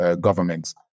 governments